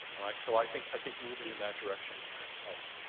right? so i think i think moving in that direction helps.